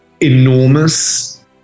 enormous